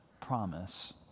promise